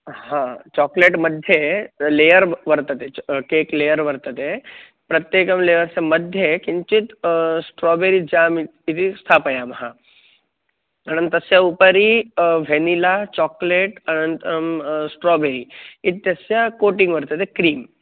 हा चाक्लेट् मध्ये लेयर् वर्तते च केक् लेयर् वर्तते प्रत्येकं लेयर्स् मध्ये किञ्चित् स्ट्राबेरि जां इ इति स्थापयामः अनन्तरं तस्य उपरि वेनइला चाक्लेट् अनन्तरं स्ट्राबेरि इत्यस्य कोटिङ्ग् वर्तते क्रीं